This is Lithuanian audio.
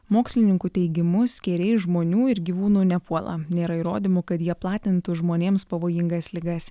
mokslininkų teigimu skėriai žmonių ir gyvūnų nepuola nėra įrodymų kad jie platintų žmonėms pavojingas ligas